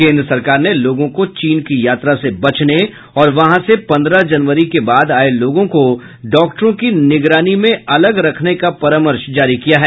केन्द्र सरकार ने लोगों को चीन की यात्रा से बचने और वहां से पन्द्रह जनवरी के बाद आये लोगों को डॉक्टरों की निगरानी में अलग रखने का परामर्श जारी किया है